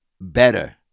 better